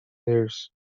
theirs